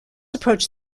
approach